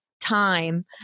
time